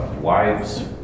wives